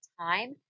time